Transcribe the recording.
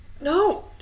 No